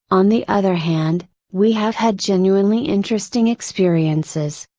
on the other hand, we have had genuinely interesting experiences,